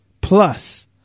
plus